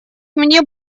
мне